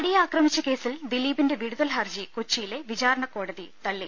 നടിയെ ആക്രമിച്ച കേസിൽ ദിലീപിന്റെ വിടുതൽ ഹർജി കൊച്ചിയിലെ വിചാരണകോടതി തള്ളി